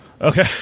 Okay